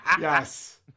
Yes